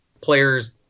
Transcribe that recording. players